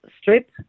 strip